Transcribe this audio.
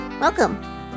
Welcome